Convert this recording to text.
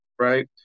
Right